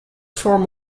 form